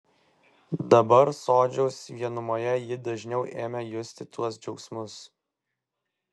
dabar sodžiaus vienumoje ji dažniau ėmė justi tuos džiaugsmus